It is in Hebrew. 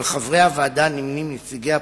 עם חברי הוועדה נמנים נציגי הפרקליטות,